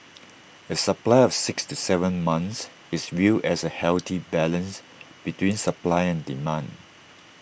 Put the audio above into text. A supply of six to Seven months is viewed as A healthy balance between supply and demand